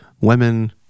women